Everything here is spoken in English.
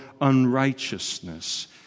unrighteousness